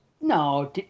No